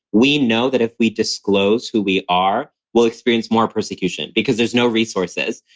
we know that if we disclose who we are, we'll experience more persecution because there's no resources,